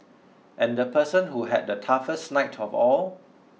and the person who had the toughest night of all